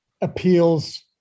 appeals